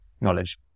knowledge